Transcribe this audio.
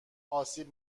آسیب